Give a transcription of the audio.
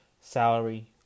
Salary